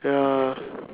ya